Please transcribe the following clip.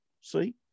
See